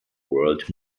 world